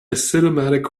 cinematic